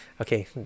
Okay